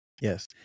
Yes